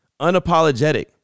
unapologetic